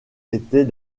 était